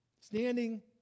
standing